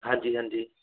ਹਾਂਜੀ ਹਾਂਜੀ